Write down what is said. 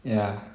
ya